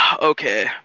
Okay